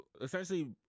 essentially